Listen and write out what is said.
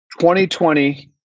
2020